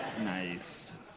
Nice